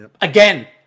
Again